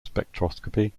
spectroscopy